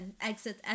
exit